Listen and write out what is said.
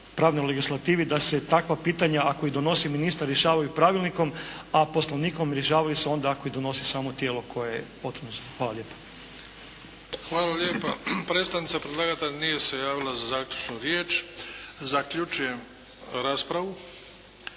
pravnoj legislativi da se takva pitanja ako ih donosi ministar rješavaju pravilnikom, a Poslovnikom rješavaju se onda ako ih donosi samo tijelo koje je potrebno. Hvala lijepa. **Bebić, Luka (HDZ)** Hvala lijepa. Predstavnica predlagatelja nije se javila za zaključnu riječ. Zaključujem raspravu